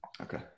Okay